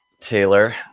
Taylor